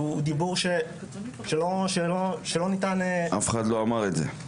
הוא דיבור שלא ניתן --- אף אחד לא אמר את זה.